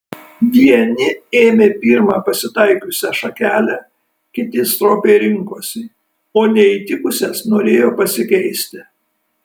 vieni ėmė pirmą pasitaikiusią šakelę kiti stropiai rinkosi o neįtikusias norėjo pasikeisti